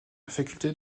faculté